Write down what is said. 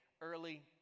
early